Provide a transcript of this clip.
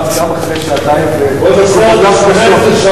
גם אחרי שעתיים ועוד התקפותיו